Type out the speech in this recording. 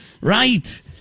Right